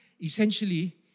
Essentially